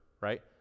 right